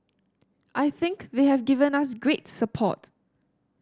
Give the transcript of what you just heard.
I think they have given us great support